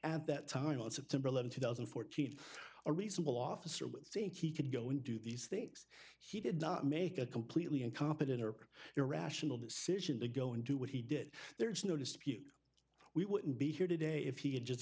at that time on september th two thousand and fourteen a reasonable officer would think he could go and do these things he did not make a completely incompetent or irrational decision to go and do what he did there's no dispute we wouldn't be here today if he had just